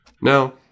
Now